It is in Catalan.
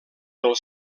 pel